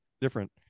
different